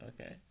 Okay